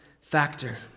factor